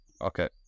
okay